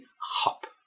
hop